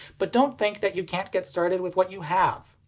but don't think that you can't get started with what you have.